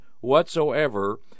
whatsoever